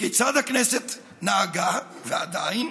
וכיצד הכנסת נהגה, ועדיין?